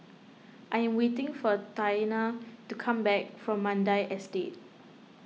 I am waiting for Taina to come back from Mandai Estate